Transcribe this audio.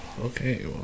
Okay